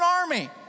army